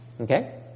Okay